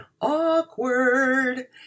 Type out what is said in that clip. Awkward